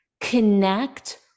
connect